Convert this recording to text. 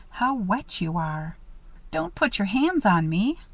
how wet you are don't put your hands on me.